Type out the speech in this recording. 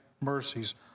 mercies